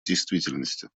действительности